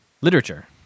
Literature